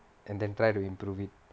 and then try to improve it